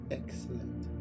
excellent